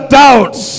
doubts